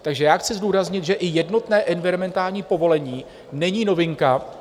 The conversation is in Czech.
Takže já chci zdůraznit, že i jednotné environmentální povolení není novinka.